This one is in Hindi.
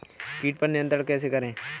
कीट पर नियंत्रण कैसे करें?